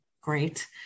great